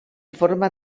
forma